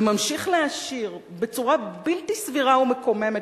וממשיך להעשיר בצורה בלתי סבירה ומקוממת